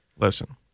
Listen